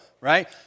right